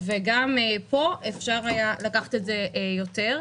וגם פה, אפשר היה ללכת רחוק יותר.